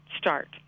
start